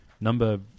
number